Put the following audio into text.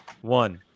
one